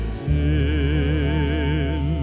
sin